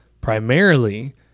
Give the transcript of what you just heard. primarily